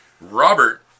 Robert